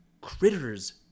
critters